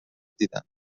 دیدم